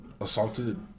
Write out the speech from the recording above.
assaulted